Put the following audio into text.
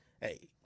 Hey